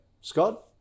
Scott